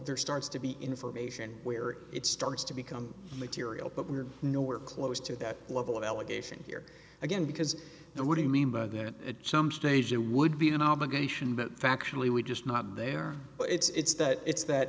there starts to be information where it starts to become material but we're nowhere close to that level of allegation here again because the what do you mean by that at some stage it would be an obligation but factually we just not there but it's that it's that